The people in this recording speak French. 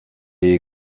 est